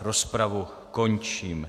Rozpravu končím.